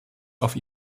auf